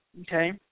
okay